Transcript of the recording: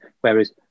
Whereas